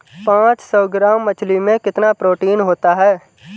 पांच सौ ग्राम मछली में कितना प्रोटीन होता है?